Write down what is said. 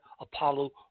Apollo